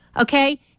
Okay